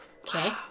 Okay